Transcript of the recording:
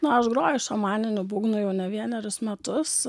na aš groju šamaniniu būgnu jau ne vienerius metus